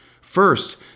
First